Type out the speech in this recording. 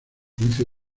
juicio